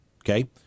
Okay